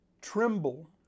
tremble